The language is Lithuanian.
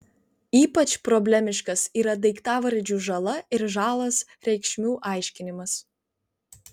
ypač problemiškas yra daiktavardžių žala ir žalas reikšmių aiškinimas